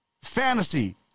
Fantasy